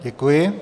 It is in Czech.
Děkuji.